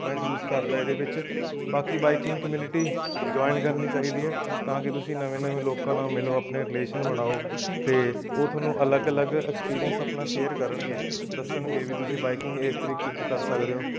ਮਹਿਸੂਸ ਕਰਦਾ ਇਹਦੇ ਵਿੱਚ ਬਾਕੀ ਬਾਈਕਿੰਗ ਕਮਿਊਨਿਟੀ ਜੁਆਇਨ ਕਰਨੀ ਚਾਹੀਦੀ ਹੈ ਤਾਂ ਕਿ ਤੁਸੀਂ ਨਵੇਂ ਨਵੇਂ ਲੋਕਾਂ ਨਾਲ ਮਿਲੋ ਆਪਣੇ ਰਿਲੇਸ਼ਨ ਬਣਾਓ ਅਤੇ ਉਹ ਤੁਹਾਨੂੰ ਅਲੱਗ ਅਲੱਗ ਐਕਸਪੀਰੀਅੰਸ ਆਪਣਾ ਸ਼ੇਅਰ ਕਰਨਗੇ ਦੱਸਣਗੇ ਵੀ ਤੁਸੀਂ ਬਾਈਕਿੰਗ ਇਸ ਤਰੀਕੇ ਨਾਲ ਕਰ ਸਕਦੇ ਹੋ